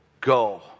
go